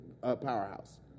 Powerhouse